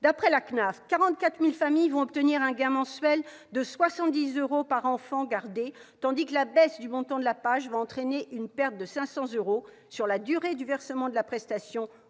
la CNAF, 44 000 familles obtiendront un gain mensuel moyen de 70 euros par enfant gardé, tandis que la baisse du montant de la PAJE entraînera une perte de 500 euros sur la durée de versement de la prestation